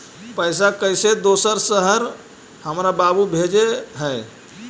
पैसा कैसै दोसर शहर हमरा बाबू भेजे के है?